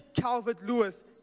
Calvert-Lewis